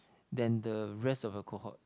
then the rest of the cohort